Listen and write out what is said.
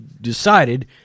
decided